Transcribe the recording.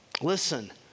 Listen